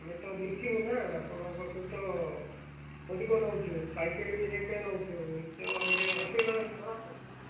ଆମେ ତ ବିକିବୁ ନା ଆପଣଙ୍କ ପାଖକୁ ତ ଅଧିକ ନେଉଛୁ ପାଇକ ରେଟ୍ରେ ନେଉଛୁ ତେଣୁ ଗୋଟେ ଅଶୀ ଟଙ୍କା କରନ୍ତୁ